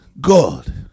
God